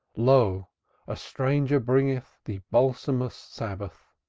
lo a stranger bringeth the balsamous sabbath.